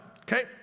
okay